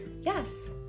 yes